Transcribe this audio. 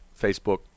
Facebook